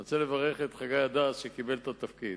אני רוצה לברך את חגי הדס, שקיבל את התפקיד.